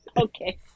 Okay